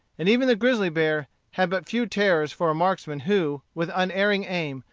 and even the grizzly bear had but few terrors for a marksman who, with unerring aim,